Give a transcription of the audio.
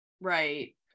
Right